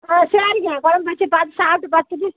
ஆ சரிங்க கொழம்பு வச்சு பார்த்து சாப்பிட்டு பார்த்துட்டு